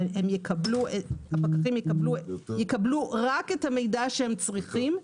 יקבלו הפקחים רק את המידע שהם צריכים,